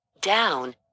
down